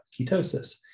ketosis